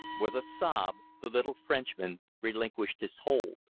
with a sob the little frenchman relinquished his hold.